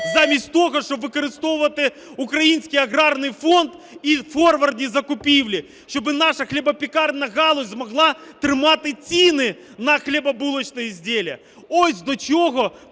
замість того, щоб використовувати український Аграрний фонд і форвардні закупівлі, щоб наша хлібопекарна галузь змогла тримати ціни на хлібобулочні вироби. Ось до чого